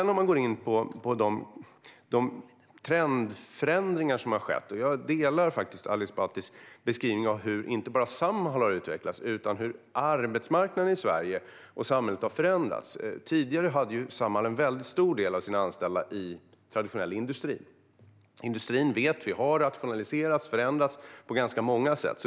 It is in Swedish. När det gäller de trendförändringar som har skett delar jag faktiskt Ali Esbatis beskrivning av hur inte bara Samhall har utvecklats utan hur arbetsmarknaden i Sverige och samhället har förändrats. Tidigare hade Samhall en mycket stor del av sina anställda i traditionell industri. Vi vet att industrin har rationaliserats och förändrats på ganska många sätt.